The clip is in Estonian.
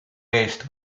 eest